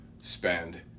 spend